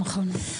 נכון.